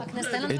עידית,